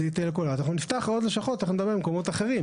אנחנו נפתח עוד לשכות במקומות אחרים.